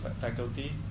faculty